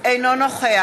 אינו נוכח